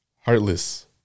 Heartless